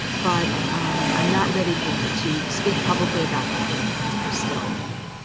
but i'm not ready to to speak publicly about that yet because we're still in that.